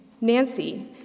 Nancy